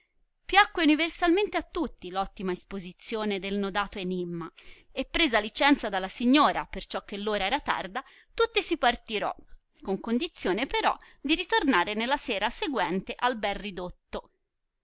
piacque universalmente a tutti l ottima isposizione del nodato enimma e presa licenza dalla signora perciò che ora era tarda tutti si partirò con condizione però di ritornare nella sera seguente al bel ridotto